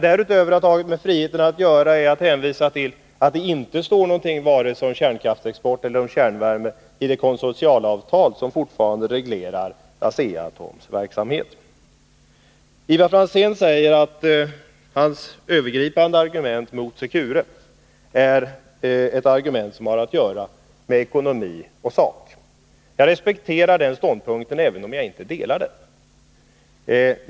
Därutöver tog jag mig friheten att hänvisa till att det inte står någonting vare sig om kärnkraftsexport eller om kärnvärme i det konsortialavtal som fortfarande reglerar Asea-Atoms verksamhet. Ivar Franzén säger att hans övergripande argument mot Secure är ett argument som har att göra med ekonomi och sak. Jag respekterar den ståndpunkten, även om jag inte delar den.